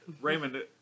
Raymond